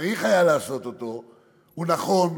צריך היה לעשות אותו; הוא נכון,